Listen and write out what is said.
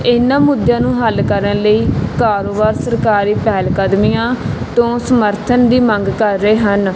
ਇਹਨਾਂ ਮੁੱਦਿਆਂ ਨੂੰ ਹੱਲ ਕਰਨ ਲਈ ਕਾਰੋਬਾਰ ਸਰਕਾਰੀ ਪਹਿਲ ਕਦਮੀਆਂ ਤੋਂ ਸਮਰਥਨ ਦੀ ਮੰਗ ਕਰ ਰਹੇ ਹਨ